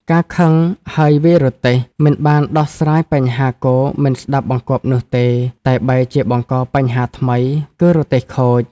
ការខឹងហើយវាយរទេះ មិនបានដោះស្រាយបញ្ហាគោមិនស្ដាប់បង្គាប់នោះទេ តែបែរជាបង្កបញ្ហាថ្មី គឺរទេះខូច។